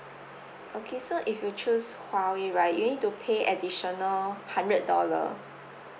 okay so if you choose huawei right you need to pay additional hundred dollar